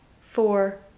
four